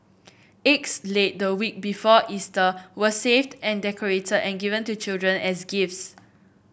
eggs laid the week before Easter were saved and decorated and given to children as gifts